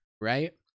right